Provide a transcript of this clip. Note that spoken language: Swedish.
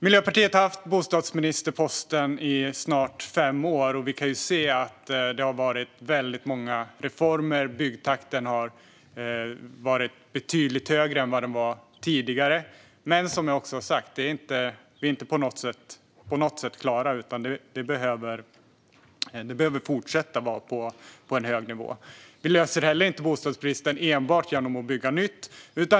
Miljöpartiet har haft bostadsministerposten i snart fem år, och vi kan ju se att det har varit väldigt många reformer. Byggtakten har varit betydligt högre än vad den var tidigare. Men som jag också har sagt: Vi är inte på något sätt klara, utan nivån behöver fortsätta att vara hög. Vi löser heller inte bostadsbristen enbart genom att bygga nytt.